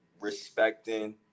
respecting